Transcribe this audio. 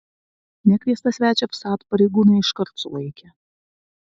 nekviestą svečią vsat pareigūnai iškart sulaikė